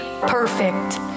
perfect